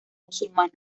musulmana